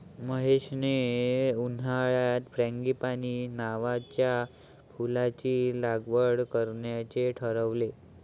महेशने उन्हाळ्यात फ्रँगीपानी नावाच्या फुलाची लागवड करण्याचे ठरवले